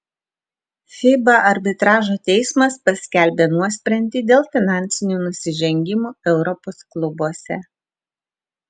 fiba arbitražo teismas paskelbė nuosprendį dėl finansinių nusižengimų europos klubuose